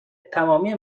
تمامی